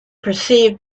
perceived